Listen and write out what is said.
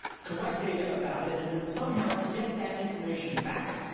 collect data about it and then somehow get that information back,